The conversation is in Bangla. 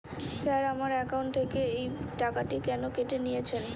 স্যার আমার একাউন্ট থেকে এই টাকাটি কেন কেটে নিয়েছেন?